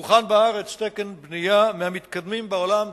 אדמה הוחל בארץ תקן בנייה מהמתקדמים בעולם,